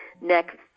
next